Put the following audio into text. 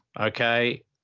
okay